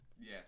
Yes